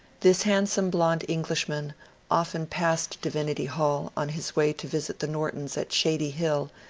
this handsome blond englishman often passed divinity hall on his way to visit the nortons at shady hill,